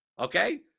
Okay